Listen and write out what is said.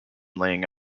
laying